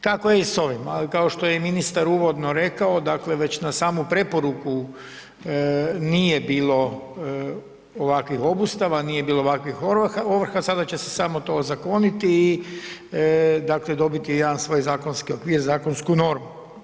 Tako je i s ovim, a kao što je i ministar uvodno rekao, dakle, već na samu preporuku nije bilo ovakvih obustava, nije bilo ovakvih ovrha, sada će se samo to ozakoniti i dakle dobiti jedan svoj zakonski okvir, zakonsku normu.